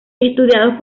estudiados